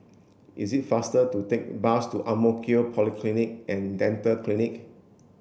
it is faster to take the bus to Ang Mo Kio Polyclinic and Dental Clinic